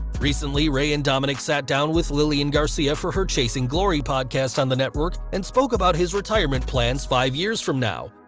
recently, rey and dominik sat down with lilian garcia for her chasing glory podcast on the network, and spoke about his retirement plans five years from now.